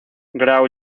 grau